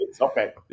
Okay